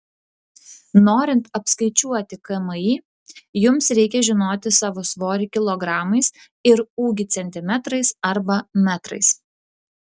norint apskaičiuoti kmi jums reikia žinoti savo svorį kilogramais ir ūgį centimetrais arba metrais